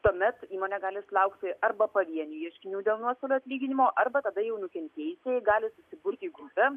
tuomet įmonė gali sulaukti arba pavienių ieškinių dėl nuostolių atlyginimo arba tada jau nukentėjusieji gali susibūrti į grupę